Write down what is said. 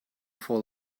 for